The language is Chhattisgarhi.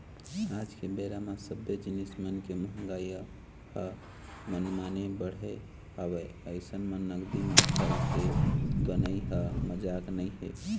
आज के बेरा म सब्बे जिनिस मन के मंहगाई ह मनमाने बढ़े हवय अइसन म नगदी म घर के बनई ह मजाक नइ हे